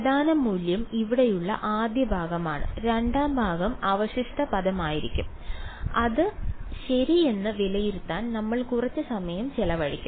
പ്രധാന മൂല്യം ഇവിടെയുള്ള ആദ്യ ഭാഗമാണ് രണ്ടാം ഭാഗം അവശിഷ്ട പദമായിരിക്കും അത് ശരി എന്ന് വിലയിരുത്താൻ നമ്മൾ കുറച്ച് സമയം ചെലവഴിക്കും